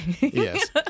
Yes